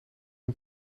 een